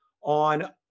on